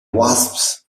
wasps